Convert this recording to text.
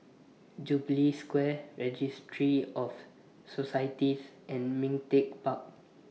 Jubilee Square Registry of Societies and Ming Teck Park